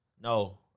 No